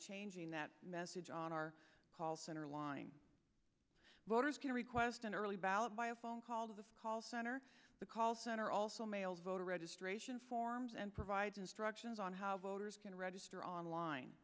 changing that message on our call center line voters can request an early ballot by a phone call the call center the call center also mail voter registration forms and provide instructions on how voters can register online